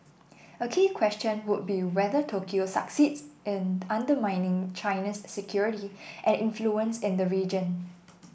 a key question would be whether Tokyo succeeds in undermining China's security and influence in the region